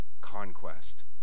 conquest